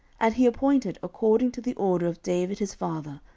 and he appointed, according to the order of david his father,